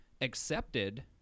accepted